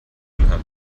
hat